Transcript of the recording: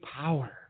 power